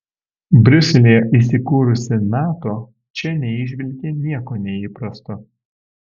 briuselyje įsikūrusi nato čia neįžvelgė nieko neįprasto